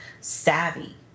savvy